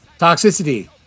Toxicity